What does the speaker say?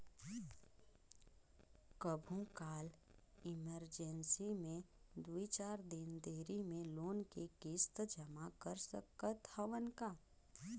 कभू काल इमरजेंसी मे दुई चार दिन देरी मे लोन के किस्त जमा कर सकत हवं का?